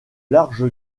large